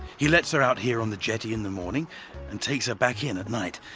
he lets her out here on the jetty in the morning and takes her back in at night,